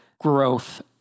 growth